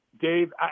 Dave